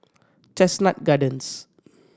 Chestnut Gardens